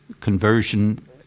conversion